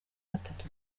gatatu